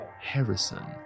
Harrison